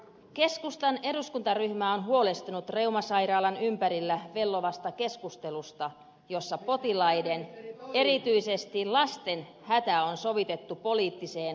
keskustan eduskuntaryhmä on huolestunut reumasairaalan ympärillä vellovasta keskustelusta jossa potilaiden erityisesti lasten hätä on sovitettu poliittiseen kilpalaulantaan